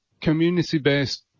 community-based